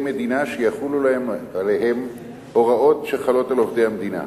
המדינה שיחולו עליהם הוראות שחלות על עובדי המדינה.